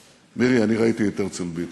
מירי, אני ראיתי את הרצל ביטון.